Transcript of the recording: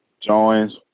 joins